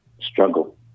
struggle